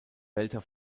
wälder